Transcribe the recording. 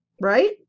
right